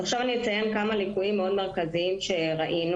עכשיו אני אציין כמה ליקויים מאוד מרכזיים שראינו.